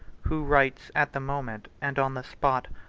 who writes at the moment, and on the spot,